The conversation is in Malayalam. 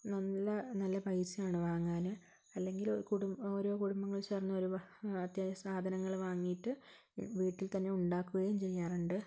നല്ല നല്ല പൈസയാണ് വാങ്ങാൻ അല്ലെങ്കിൽ ഓരോ കുടുംബങ്ങൾ ചേർന്ന് അതിയായ സാധനങ്ങൾ വാങ്ങിയിട്ട് വീട്ടിൽ തന്നെ ഉണ്ടാക്കുകയും ചെയ്യാറുണ്ട്